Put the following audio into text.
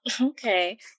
Okay